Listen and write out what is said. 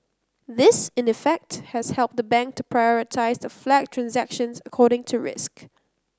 this in effect has helped the bank to prioritise the flagged transactions according to risk